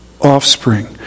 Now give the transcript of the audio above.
offspring